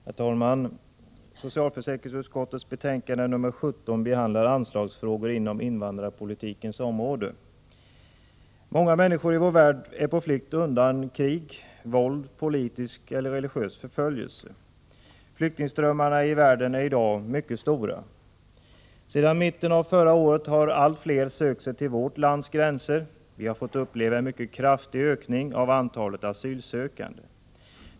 Herr talman! Socialförsäkringsutskottets betänkande nr 17 behandlar anslagsfrågor inom invandrarpolitikens område. Många människor i vår värld är på flykt undan krig, våld, politisk eller religiös förföljelse. Flyktingströmmarna i världen är i dag mycket stora. Sedan mitten av förra året har allt fler sökt sig till vårt lands gränser. Vi har fått uppleva en mycket kraftig ökning av antalet asylsökande.